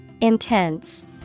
Intense